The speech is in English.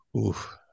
Oof